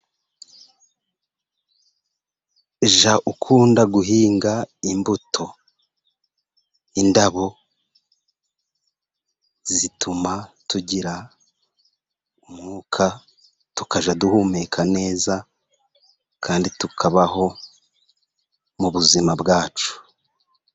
Jya ukunda guhinga imbuto. Indabo zituma tugira umwuka tukajya duhumeka neza, kandi tukabaho ubuzima bwacu.